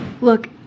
Look